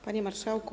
Panie Marszałku!